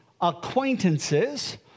acquaintances